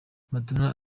maduna